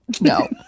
No